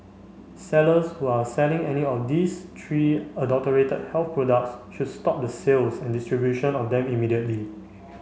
sellers who are selling any of these three adulterated health products should stop the sales and distribution of them immediately